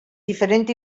diferent